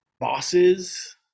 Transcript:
bosses